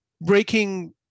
breaking